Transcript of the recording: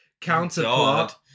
Counterpart